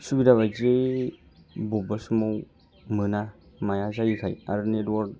सुबिदा बायदियै बबेबा समाव मोना माया जायैखाय आरो नेटवार्क